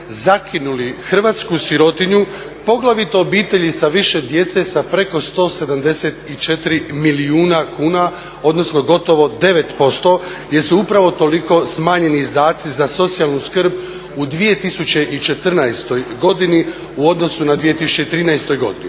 zakinuli hrvatsku sirotinju, poglavito obitelji sa više djece, sa preko 174 milijuna kuna, odnosno gotovo 9% jer su upravo toliko smanjeni izdaci za socijalnu skrb u 2014. godini u odnosu na 2013. godinu.